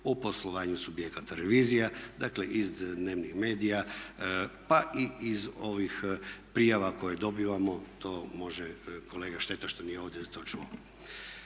o poslovanju subjekata revizije. Dakle, iz dnevnih medija pa i iz ovih prijava koje dobivamo to može kolega šteta što nije ovdje to čuo.